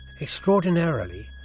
Extraordinarily